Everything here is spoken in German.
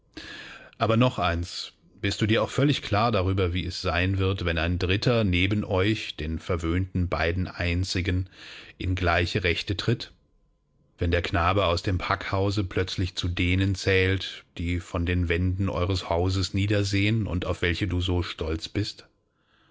aber noch eins bist du dir auch völlig klar darüber wie es sein wird wenn ein dritter neben euch den verwöhnten beiden einzigen in gleiche rechte tritt wenn der knabe aus dem packhause plötzlich zu denen zählt die von den wänden eures hauses niedersehen und auf welche du so stolz bist